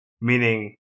meaning